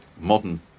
modern